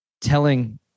telling